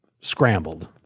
scrambled